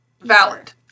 Valid